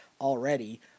already